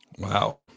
Wow